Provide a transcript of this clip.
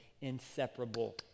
inseparable